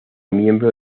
miembro